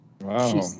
Wow